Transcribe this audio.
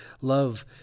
love